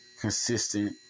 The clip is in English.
consistent